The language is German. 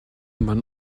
man